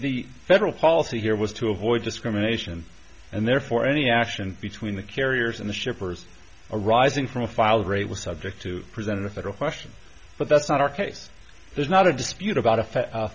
the federal policy here was to avoid discrimination and therefore any action between the carriers and the shippers arising from the filed rate was subject to present a federal question but that's not our case there's not a dispute about a